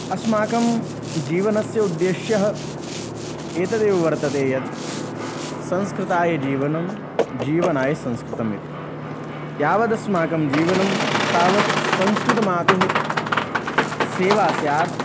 अस्माकं जीवनस्य उद्देश्यम् एतदेव वर्तते यद् संस्कृताय जीवनं जीवनाय संस्कृतम् इति यावदस्माकं जीवनं तावत् संस्कृतमातुः सेवा स्याद्